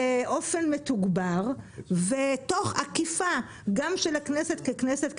באופן מתוגבר ותוך עקיפה גם של הכנסת ככנסת,